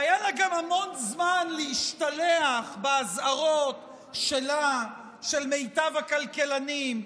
והיה לה גם המון זמן להשתלח באזהרות שלה במיטב הכלכלנים,